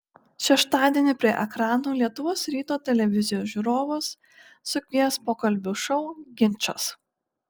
šeštadienį prie ekranų lietuvos ryto televizijos žiūrovus sukvies pokalbių šou ginčas